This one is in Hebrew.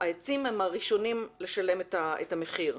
העצים הם הראשונים לשלם את המחיר.